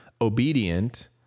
obedient